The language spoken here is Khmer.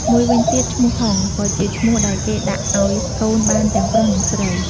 មួយវិញទៀតឈ្មោះហុង ក៏ជាឈ្មោះដែលគេដាក់អោយបានកូនទាំងប្រុសនិងស្រី។